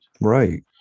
right